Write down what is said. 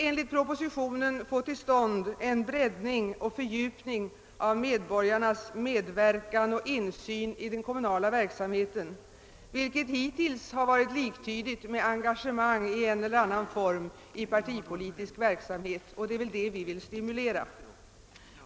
Enligt propositionen vill man få till stånd en breddning och fördjupning av medborgarnas medverkan och insyn i den kommunala verksamheten, vilket hittills varit liktydigt med engagemang i en eller annan form i partipolitisk verksamhet, och det är väl detta vi vill stimulera.